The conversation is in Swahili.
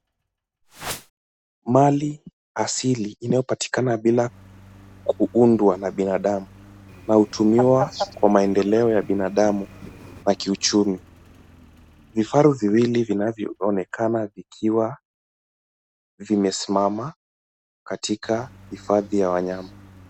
Mali asili inayopatikana bila kuuzwa na binadamu na hutumiwa kwa maendeleo ya binadamu na kichumi. Vifaru viwili vinavyoonekana vikiwa vimesimama katika hifadhi ya wanyama.